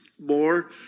more